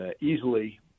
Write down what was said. easily